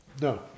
No